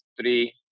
three